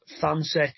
Fancy